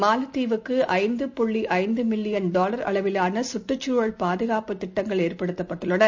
மாலத்தீவுக்குஐந்து புள்ளிஐந்துமில்லியன் டாலர் அளவிலானசுற்றுச் சூழல் பாதுகாப்புத் திட்டங்கள் ஏற்படுத்தப்பட்டுள்ளன